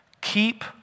keep